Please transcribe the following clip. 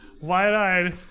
wide-eyed